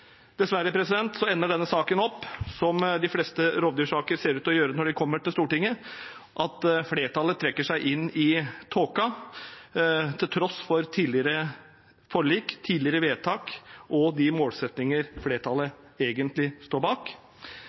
Dessverre ender denne saken opp sånn som de fleste rovdyrsaker ser ut til å gjøre når de kommer til Stortinget: Flertallet trekker seg inn i tåka – til tross for tidligere forlik, tidligere vedtak og de målsettinger flertallet egentlig står bak.